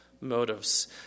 Motives